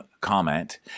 comment